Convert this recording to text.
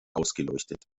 ausgeleuchtet